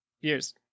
Years